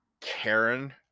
Karen